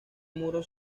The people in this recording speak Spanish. muro